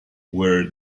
were